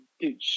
dude